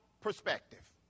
perspective